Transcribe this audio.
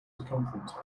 circumference